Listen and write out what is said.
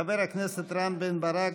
חבר הכנסת רם בן-ברק,